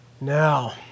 Now